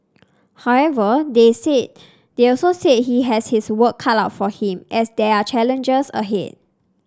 however they said they also said he has his work cut out for him as there are challenges ahead